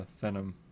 Venom